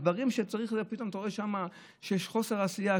ובדברים שצריך פתאום אתה רואה שם שיש חוסר עשייה,